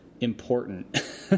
important